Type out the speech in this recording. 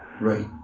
Right